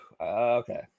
Okay